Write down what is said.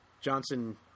Johnson